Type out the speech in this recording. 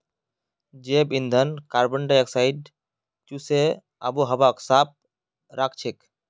जैव ईंधन कार्बन डाई ऑक्साइडक चूसे आबोहवाक साफ राखछेक